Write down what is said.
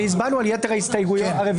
הצבענו על יתר הרוויזיות.